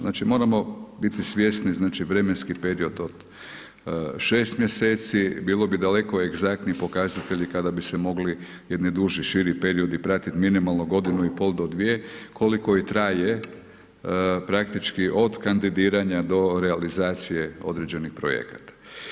Znači moramo biti svjesni znači vremenski period od 6 mjeseci, bilo bi daleko egzaktniji pokazatelji kada bi se mogli jedni duži, širi periodi pratiti, minimalno godinu i pol do dvije koliko i traje praktički od kandidiranja do realizacije određenih projekata.